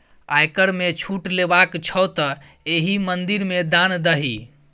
आयकर मे छूट लेबाक छौ तँ एहि मंदिर मे दान दही